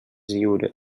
lliure